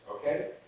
okay